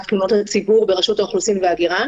תלונות הציבור ברשות האוכלוסין וההגירה.